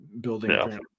building